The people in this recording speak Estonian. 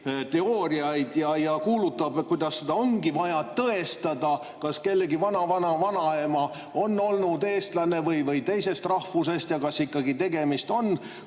teooriatest ja kuulutab, et seda on vaja tõestada, kas kellegi vanavanavanaema on olnud eestlane või teisest rahvusest ja kas ikka on tegemist